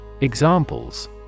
Examples